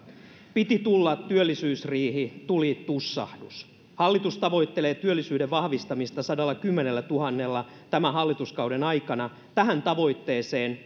piti tulla työllisyysriihi tuli tussahdus hallitus tavoittelee työllisyyden vahvistamista sadallakymmenellätuhannella tämän hallituskauden aikana tähän tavoitteeseen